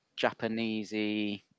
japanesey